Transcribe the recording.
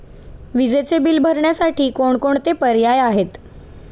विजेचे बिल भरण्यासाठी कोणकोणते पर्याय आहेत?